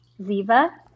Ziva